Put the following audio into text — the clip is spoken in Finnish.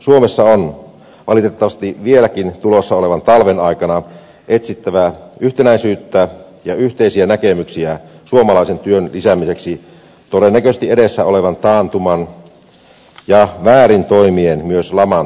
suomessa on valitettavasti vieläkin tulossa olevan talven aikana etsittävä yhtenäisyyttä ja yhteisiä näkemyksiä suomalaisen työn lisäämiseksi todennäköisesti edessä olevan taantuman ja väärin toimien myös laman torjunnassa